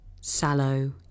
sallow